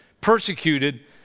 Persecuted